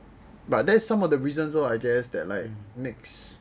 but there's some of the reasons lor that I guess that like makes me dislike the person lor